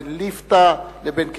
בין ליפתא לבין כרם-אברהם.